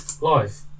life